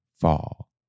fall